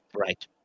Right